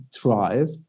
thrive